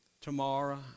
Tomorrow